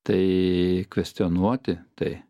tai kvestionuoti tai